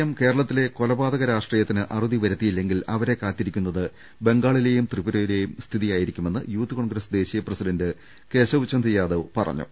M കേരളത്തിലെ കൊലപാതക രാഷ്ട്രീയത്തിന് അറുതി വരു ത്തിയില്ലെങ്കിൽ അവരെ കാത്തിരിക്കുന്നത് ബംഗാളിലെയും ത്രിപുരയിലെയും സ്ഥിതിയായിരിക്കുമെന്ന് യൂത്ത് കോൺഗ്രസ് ദേശീയ പ്രസിഡന്റ് കേശവ ചന്ദ് യാദവ് പറഞ്ഞു